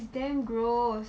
he's damn gross